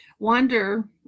wonder